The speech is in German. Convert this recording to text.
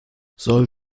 soll